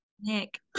Nick